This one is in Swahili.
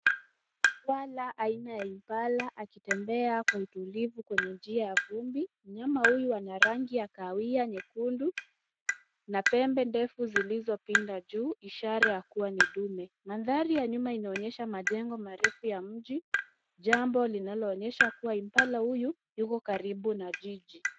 Swara aina ya impala akitembea kwa utulivu kwenye njia ya vumbi. Mnyama huyu ana rangi ya kahawia nyekundu na pembe ndefu zilizopinda juu ishara ya kuwa ni dume. Mandhari ya nyuma inaonyesha majengo mandefu ya mji, jambo linaloonyesha kuwa impala huyu yuko karibu na jiji.